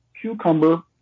cucumber